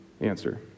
answer